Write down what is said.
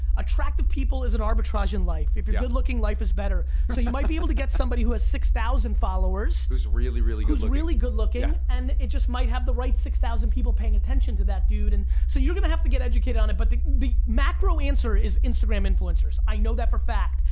attractive people is an arbitrage in life. if you're good looking, life is better. so you might be able to get somebody who has six thousand followers. who's really, really good looking. who's really good looking, and it just might have the right six thousand people paying attention to that dude, and so you're gonna have to get educated on it, but the the macro answer is instagram influencers. i know that for a fact.